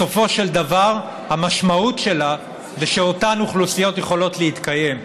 בסופו של דבר המשמעות שלה היא שאותן אוכלוסיות יכולות להתקיים.